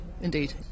indeed